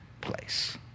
place